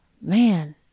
man